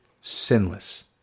sinless